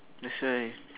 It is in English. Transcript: that's why